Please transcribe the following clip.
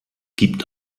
gibt